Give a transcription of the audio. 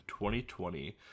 2020